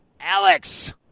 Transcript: Alex